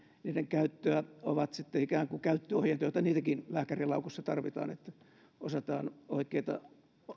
niiden käyttöä ovat ikään kuin käyttöohjeet joita niitäkin lääkärinlaukussa tarvitaan että osataan oikeita